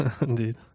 Indeed